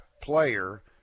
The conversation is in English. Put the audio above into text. player